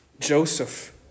Joseph